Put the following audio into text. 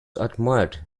admired